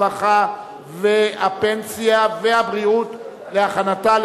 הרווחה והבריאות נתקבלה.